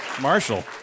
Marshall